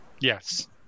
Yes